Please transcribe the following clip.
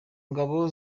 ngabo